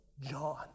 John